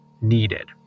needed